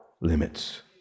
limits